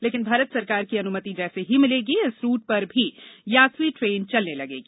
लेकिन भारत सरकार की अनुमति जैसे ही मिलेगी इस रूट पर भी यात्री ट्रेन चलने लगेगी